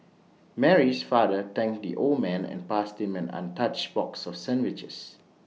Mary's father thanked the old man and passed him an untouched box of sandwiches